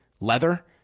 leather